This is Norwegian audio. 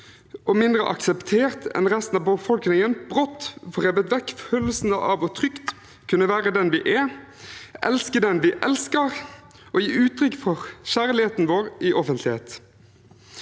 og mindre akseptert enn resten av befolkningen, brått får revet vekk følelsen av trygt å kunne være den vi er, elske den vi elsker, og gi uttrykk for kjærligheten vår i offentlighet.